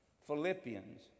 Philippians